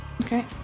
Okay